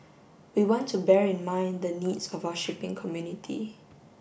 we want to bear in mind the needs of our shipping community